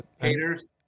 Haters